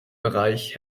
bereich